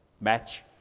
match